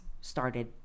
started